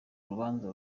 rubanza